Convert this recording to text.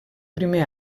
primer